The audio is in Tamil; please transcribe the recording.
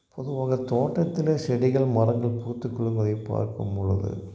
பொதுவாக தோட்டத்திலே செடிகள் மரங்கள் பூத்துக் குலுங்குவதை பார்க்கும் பொழுது